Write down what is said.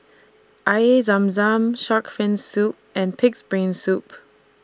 Air Zam Zam Shark's Fin Soup and Pig'S Brain Soup